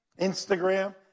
Instagram